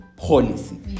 policy